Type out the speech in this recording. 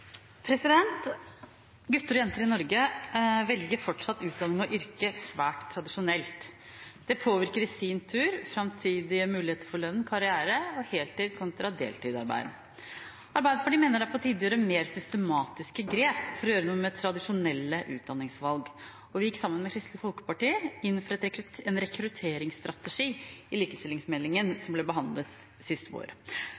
velger fortsatt utdanning og yrke svært tradisjonelt. Det påvirker i sin tur framtidige muligheter for lønn, karriere og heltids- kontra deltidsarbeid. Arbeiderpartiet mener det er på tide å gjøre mer systematiske grep for å gjøre noe med tradisjonelle utdanningsvalg. Vi gikk sammen med Kristelig Folkeparti inn for en rekrutteringsstrategi i